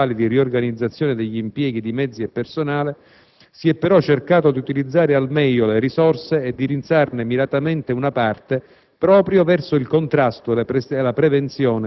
In quest'ottica, coerentemente con i princìpi generali di riorganizzazione degli impieghi di mezzi e personale, si è però cercato di utilizzare al meglio le risorse e di indirizzarne miratamente una parte